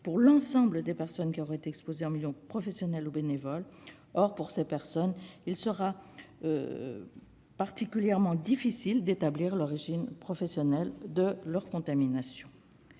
pour l'ensemble des personnes qui auraient exposé en milieu professionnel ou bénévole. Or, pour ces personnes, il sera particulièrement difficile d'établir l'origine professionnelle de leur contamination.